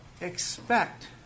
expect